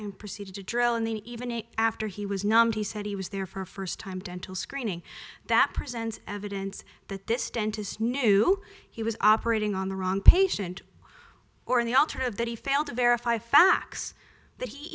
and proceeded to drill in the even after he was numbed he said he was there for first time dental screening that presents evidence that this dentist knew he was operating on the wrong patient or in the alternative that he failed to verify facts that he